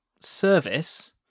service